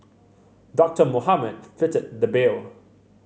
Doctor Mohamed fitted the bill